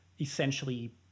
essentially